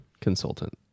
consultant